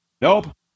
Nope